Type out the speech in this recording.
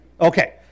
Okay